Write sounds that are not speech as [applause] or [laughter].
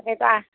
[unintelligible]